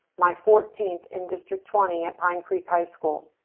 my fourteenth in district twenty at pine creek high school.